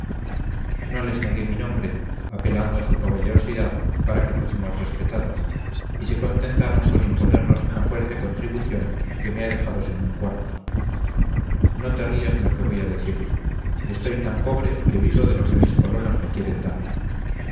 no les negué mi nombre apelando a su caballerosidad para que fuésemos respetadas y se contentaron con imponernos una fuerte contribución que me ha dejado sin un cuarto no te rías de lo que voy a decirte estoy tan pobre que vivo de lo que mis colonos me quieren dar